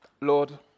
Lord